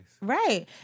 Right